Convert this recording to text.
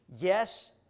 Yes